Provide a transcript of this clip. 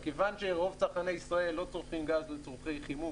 כיוון שרוב צרכני ישראל לא צורכים גז לצורכי חימום